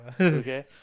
Okay